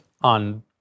on